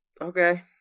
Okay